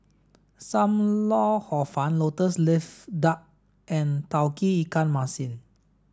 Sam Lau Hor fun lotus leaf duck and Tauge Ikan Masin